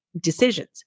decisions